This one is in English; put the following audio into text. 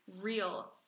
real